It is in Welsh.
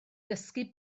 dysgu